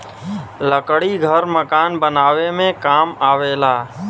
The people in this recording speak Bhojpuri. लकड़ी घर मकान बनावे में काम आवेला